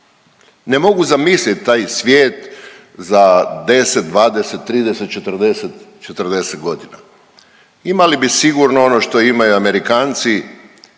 Ne mogu zamisliti taj svijet za 10, 20, 30, 40 godina. Imali bi sigurno ono što imaju Amerikanci,